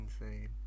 insane